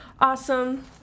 Awesome